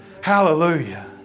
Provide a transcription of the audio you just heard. Hallelujah